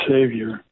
Savior